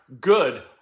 good